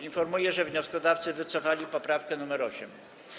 Informuję, że wnioskodawcy wycofali poprawkę nr 8.